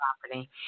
property